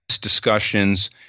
discussions